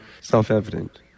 self-evident